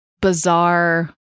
bizarre